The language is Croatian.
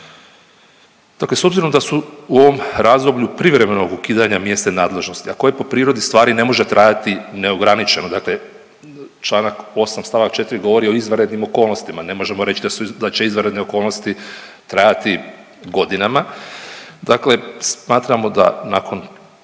Dakle, s obzirom da su u ovom razdoblju privremenog ukidanja mjesne nadležnosti, a koje po prirodi stvari ne može trajati neograničeno, dakle čl. 8. st. 4. govori o izvanrednim okolnostima. Ne možemo reći da će izvanredne okolnosti trajati godinama, dakle smatramo da nakon